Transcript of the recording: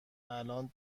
الآن